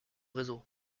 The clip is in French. réseau